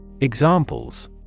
Examples